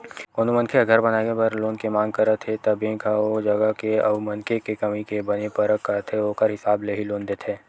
कोनो मनखे ह घर बनाए बर लोन के मांग करत हे त बेंक ह ओ जगा के अउ मनखे के कमई के बने परख करथे ओखर हिसाब ले ही लोन देथे